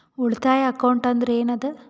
ಉಳಿತಾಯ ಅಕೌಂಟ್ ಅಂದ್ರೆ ಏನ್ ಅದ?